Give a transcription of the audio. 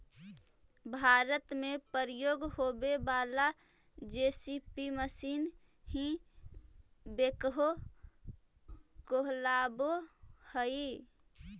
भारत में प्रयोग होवे वाला जे.सी.बी मशीन ही बेक्हो कहलावऽ हई